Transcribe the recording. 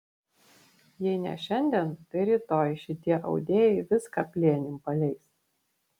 jei ne šiandien tai rytoj šitie audėjai viską plėnim paleis